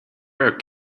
rare